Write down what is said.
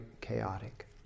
chaotic